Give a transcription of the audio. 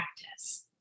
practice